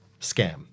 scam